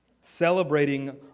celebrating